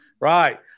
Right